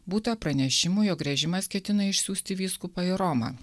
būta pranešimų jog režimas ketina išsiųsti vyskupą į romą